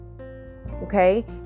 Okay